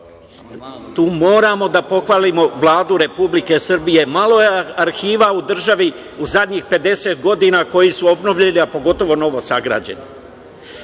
Tu moramo da pohvalimo Vladu Republike Srbije. Malo je arhiva u državi u zadnjih 50 godina koji su obnovljeni, a pogotovo novosagrađeni. Dobro